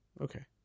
Okay